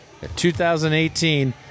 2018